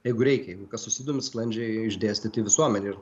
jeigu reikia jeigu kas susidomi sklandžiai išdėstyti visuomenei ir